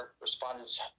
respondents